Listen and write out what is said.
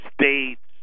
States